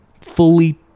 fully